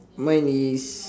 mine is